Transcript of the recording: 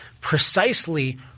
precisely